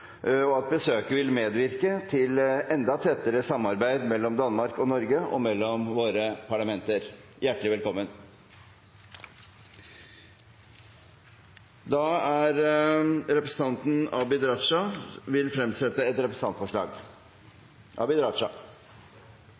og at besøket vil medvirke til enda tettere samarbeid mellom Danmark og Norge og mellom våre parlamenter. Hjertelig velkommen! Representanten Abid Q. Raja vil fremsette et representantforslag.